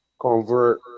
convert